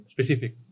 Specific